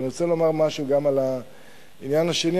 אבל אני רוצה לומר משהו גם על העניין השני.